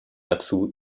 dazu